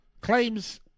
claims